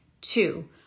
Two